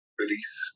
release